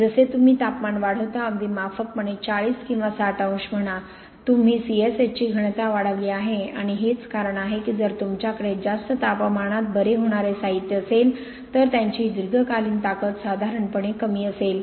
जसे तुम्ही तापमान वाढवता अगदी माफकपणे 40 किंवा 60 अंश म्हणा तुम्ही CSH ची घनता वाढवली आहे आणि हेच कारण आहे की जर तुमच्याकडे जास्त तापमानात बरे होणारे साहित्य असेल तर त्यांची दीर्घकालीन ताकद साधारणपणे कमी असेल